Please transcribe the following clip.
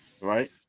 Right